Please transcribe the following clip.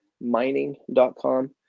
mining.com